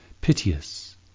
piteous